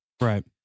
Right